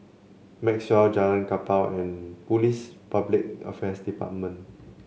Maxwell Jalan Kapal and Police Public Affairs Department